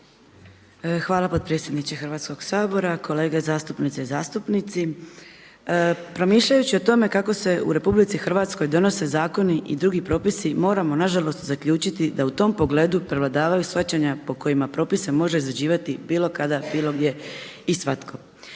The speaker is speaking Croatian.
Hvala potpredsjedniče Hrvatskoga sabora, kolege zastupnice i zastupnici. Promišljajući o tome kako se u RH donose zakoni i drugi propisi moramo nažalost zaključiti da u tom pogledu prevladavaju shvaćanja po kojima propise može izrađivati bilo kada, bilo gdje i svatko.